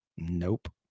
Nope